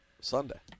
Sunday